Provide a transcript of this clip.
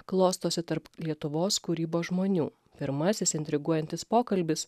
klostosi tarp lietuvos kūrybos žmonių pirmasis intriguojantis pokalbis